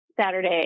Saturday